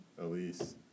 Elise